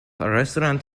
restaurant